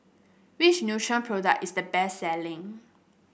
which Nutren product is the best selling